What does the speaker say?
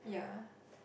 yeah